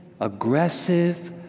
Aggressive